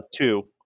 Two